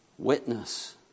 Witness